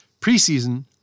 preseason